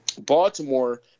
Baltimore